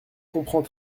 comprends